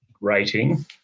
rating